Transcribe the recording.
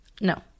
No